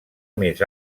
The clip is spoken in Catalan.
més